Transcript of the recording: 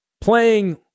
playing